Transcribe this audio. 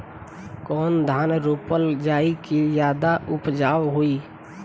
कौन धान रोपल जाई कि ज्यादा उपजाव होई?